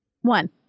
One